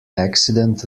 accident